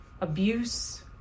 abuse